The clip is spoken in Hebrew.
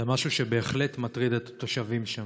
זה משהו שבהחלט מטריד את התושבים שם.